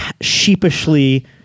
sheepishly